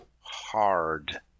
Hard